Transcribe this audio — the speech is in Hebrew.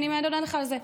אני מייד עונה לך על זה.